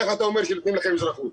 איך אתה אומר שנותנים לכם אזרחות?